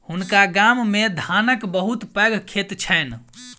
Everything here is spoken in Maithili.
हुनका गाम मे धानक बहुत पैघ खेत छैन